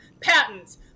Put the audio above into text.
patents